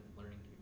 learning